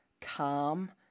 calm